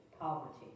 poverty